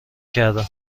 کردم